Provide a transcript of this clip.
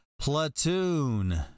platoon